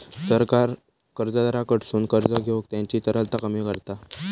सरकार कर्जदाराकडसून कर्ज घेऊन त्यांची तरलता कमी करता